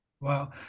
Wow